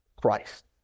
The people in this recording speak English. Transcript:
Christ